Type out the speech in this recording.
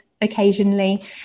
occasionally